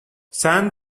san